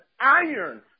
iron